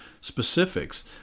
specifics